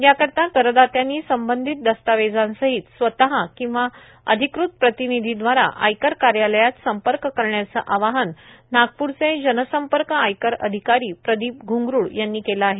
याकरिता करदात्यांनी संबंधित दस्तावेजांसहित स्वतः किंवा अधिकृत प्रतिनिधीद्वारा आयकर कार्यालयात संपर्क करण्याचं आवाहन नागपूरचे जनसंपर्क आयकर अधिकारी प्रदीप घुंगरूड यांनी केलं आहे